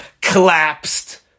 collapsed